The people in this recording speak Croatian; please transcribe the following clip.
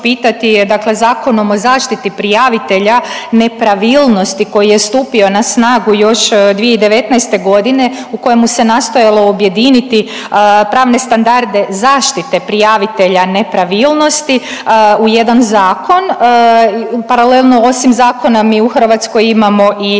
dakle Zakonom o zaštiti prijavitelja nepravilnosti koji je stupio na snagu još 2019.g. u kojemu se nastojalo objediniti pravne standarde zaštite prijavitelja nepravilnosti u jedan zakon. Paralelno osim zakona mi u Hrvatskoj imamo i